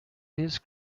his